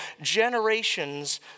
generations